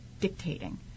dictating